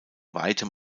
weitem